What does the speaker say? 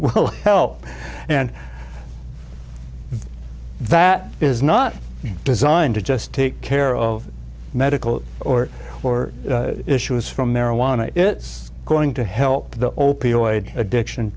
help and that is not designed to just take care of medical or or issues from marijuana it's going to help the opioid addiction